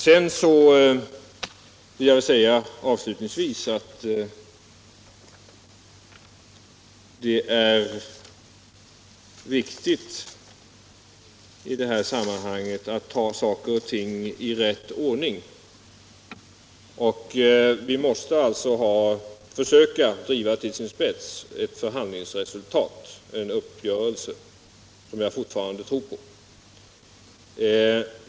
Sedan vill jag avslutningsvis säga att det är viktigt att i det här sammanhanget ta saker och ting i rätt ordning. Vi måste alltså försöka driva det hela till sin spets och nå ett förhandlingsresultat, en uppgörelse, som jag fortfarande tror på.